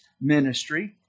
ministry